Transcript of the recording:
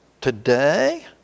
today